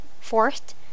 Fourth